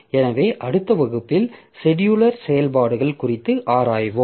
எனவே அடுத்த வகுப்பில் செடியூலர் செயல்பாடுகள் குறித்து ஆராய்வோம்